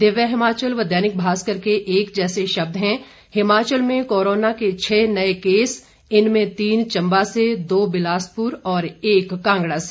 दिव्य हिमाचल व दैनिक भास्कर के एक जैसे शब्द हैं हिमाचल में कोरोना के छह नए केस इनमें तीन चंबा से दो बिलासपुर और एक कांगड़ा से